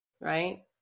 Right